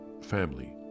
family